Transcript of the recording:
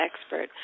expert